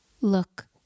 Look